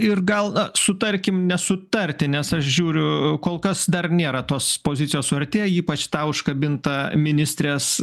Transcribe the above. ir gal sutarkim nesutarti nes aš žiūriu kol kas dar nėra tos pozicijos suartėja ypač tau užkabinta ministrės